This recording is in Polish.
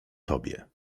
tobie